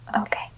Okay